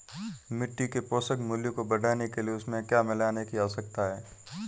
मिट्टी के पोषक मूल्य को बढ़ाने के लिए उसमें क्या मिलाने की आवश्यकता है?